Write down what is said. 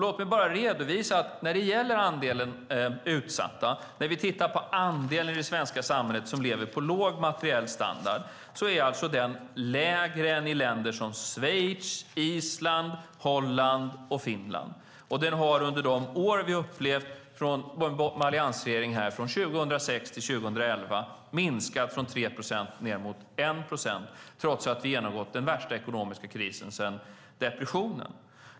Låt mig bara redovisa andelen utsatta, alltså om vi tittar på den andel i det svenska samhället som lever på låg materiell standard, är lägre än i länder som Schweiz, Island, Holland och Finland. Den har under de år med en alliansregering vi har upplevt, från 2006 till 2011, minskat från 3 procent till ned mot 1 procent trots att vi har genomgått den värsta ekonomiska krisen sedan depressionen.